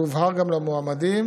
והובהר גם למועמדים